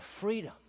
freedom